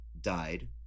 died